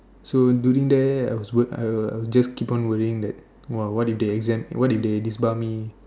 so during there I was worr~ I was was just I keep on worrying that !wow! what if they exempt what if they disbar me